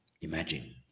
imagine